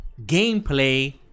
gameplay